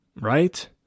right